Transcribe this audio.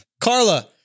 Carla